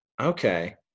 okay